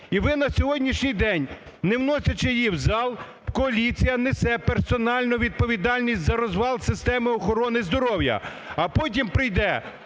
і ви на сьогоднішній день, не вносячи її в зал, коаліція несе персональну відповідальність за розвал системи охорони здоров'я. а потім пройде